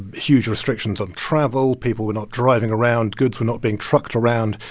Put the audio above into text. huge restrictions on travel. people were not driving around. goods were not being trucked around.